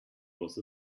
was